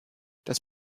das